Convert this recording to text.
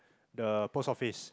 the post office